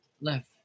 left